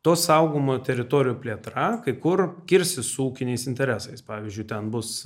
tos saugomų teritorijų plėtra kai kur kirsis su ūkiniais interesais pavyzdžiui ten bus